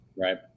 Right